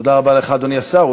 רבה לך, אדוני השר.